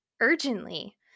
urgently